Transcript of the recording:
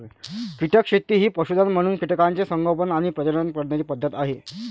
कीटक शेती ही पशुधन म्हणून कीटकांचे संगोपन आणि प्रजनन करण्याची पद्धत आहे